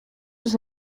les